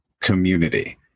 community